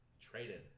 traded